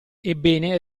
ebbene